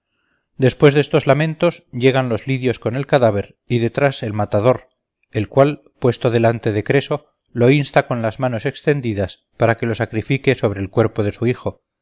después de estos lamentos llegan los lidios con el cadáver y detrás el matador el cual puesto delante de creso lo insta con las manos extendidas para que lo sacrifique sobre el cuerpo de su hijo